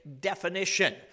definition